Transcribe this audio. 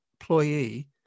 employee